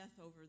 over